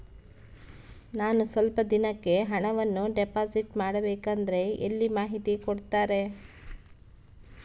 ನಾನು ಸ್ವಲ್ಪ ದಿನಕ್ಕೆ ಹಣವನ್ನು ಡಿಪಾಸಿಟ್ ಮಾಡಬೇಕಂದ್ರೆ ಎಲ್ಲಿ ಮಾಹಿತಿ ಕೊಡ್ತಾರೆ?